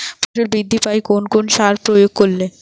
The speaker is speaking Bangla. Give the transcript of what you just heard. ফসল বৃদ্ধি পায় কোন কোন সার প্রয়োগ করলে?